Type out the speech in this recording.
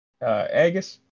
Agus